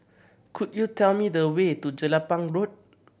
could you tell me the way to Jelapang Road